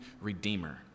redeemer